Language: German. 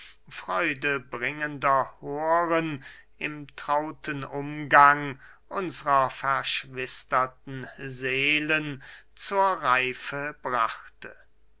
freudebringender horen im trauten umgang unsrer verschwisterten seelen zur reife brachte